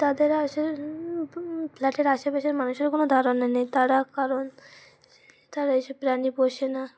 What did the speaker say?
তাদের এসে ফ্ল্যাটের আশেপাশের মানুষের কোনো ধারণা নেই তারা কারণ তারা এসে প্রাণী পোষে না